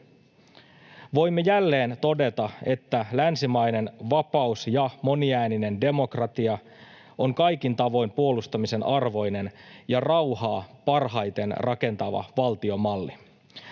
Voimme jälleen todeta, että länsimainen vapaus ja moniääninen demokratia ovat kaikin tavoin puolustamisen arvoinen ja rauhaa parhaiten rakentava valtiomalli.